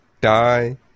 die